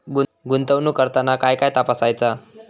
गुंतवणूक करताना काय काय तपासायच?